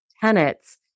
tenets